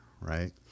right